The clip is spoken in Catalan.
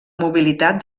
mobilitat